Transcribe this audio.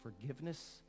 forgiveness